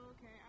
okay